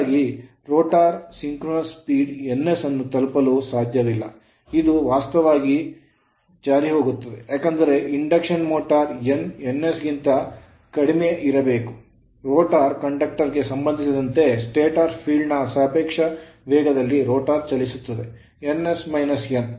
ಹೀಗಾಗಿ rotor synchronous speed ns ಅನ್ನು ತಲುಪಲು ಸಾಧ್ಯವಿಲ್ಲ ಇದು ವಾಸ್ತವವಾಗಿ ಜಾರಿಹೋಗುತ್ತದೆ ಏಕೆಂದರೆ ಇಂಡಕ್ಷನ್ ಮೋಟರ್ n ns ಗಿಂತ ಕಡಿಮೆ ಇರಬೇಕು rotor ರೋಟರ್ ಕಂಡಕ್ಟರ್ ಗೆ ಸಂಬಂಧಿಸಿದಂತೆ stator ಸ್ಟಾಟರ್ ಫೀಲ್ಡ್ ನ ಸಾಪೇಕ್ಷ ವೇಗದಲ್ಲಿ ರೋಟರ್ ಚಲಿಸುತ್ತದೆ ns - n